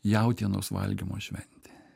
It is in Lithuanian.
jautienos valgymo šventė